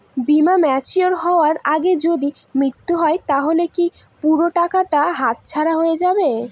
বীমা ম্যাচিওর হয়ার আগেই যদি মৃত্যু হয় তাহলে কি পুরো টাকাটা হাতছাড়া হয়ে যাবে?